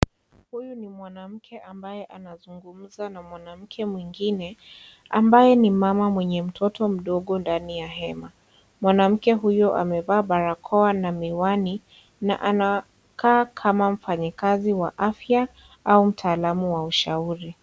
Huyu ni mwanamke ambaye anazungumza na mwanamke mwingine ambaye ni mama mwenye mtoto mdogo ndani ya hema mwanamke huyu mdogo amevaa barakoa na miwani, anakaa kama mfanyikazi wa afya au mtaalamu wa ushauri.